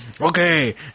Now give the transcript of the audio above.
okay